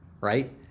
right